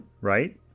right